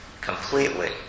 Completely